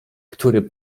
który